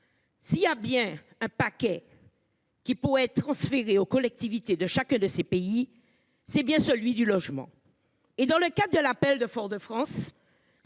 S'il y a bien un paquet.-- Qui pourrait être transférés aux collectivités de chacun de ces pays, c'est bien celui du logement et dans le cadre de l'appel de Fort-de-France.